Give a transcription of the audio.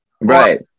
right